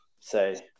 say